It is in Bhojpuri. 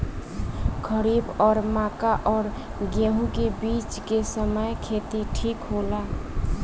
खरीफ और मक्का और गेंहू के बीच के समय खेती ठीक होला?